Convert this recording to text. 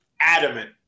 adamant